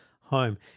home